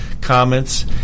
comments